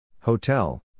Hotel